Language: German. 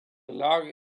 lage